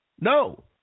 no